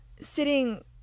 sitting